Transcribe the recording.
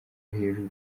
hejuru